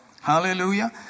Hallelujah